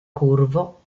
curvo